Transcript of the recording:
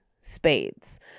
spades